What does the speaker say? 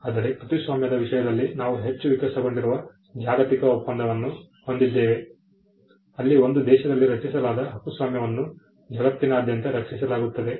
ಆದರೆ ಕೃತಿಸ್ವಾಮ್ಯದ ವಿಷಯದಲ್ಲಿ ನಾವು ಹೆಚ್ಚು ವಿಕಸನಗೊಂಡಿರುವ ಜಾಗತಿಕ ಒಪ್ಪಂದವನ್ನು ಹೊಂದಿದ್ದೇವೆ ಅಲ್ಲಿ ಒಂದು ದೇಶದಲ್ಲಿ ರಚಿಸಲಾದ ಹಕ್ಕುಸ್ವಾಮ್ಯವನ್ನು ಜಗತ್ತಿನಾದ್ಯಂತ ರಕ್ಷಿಸಲಾಗುತ್ತದೆ